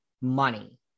money